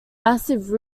massive